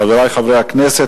חברי חברי הכנסת,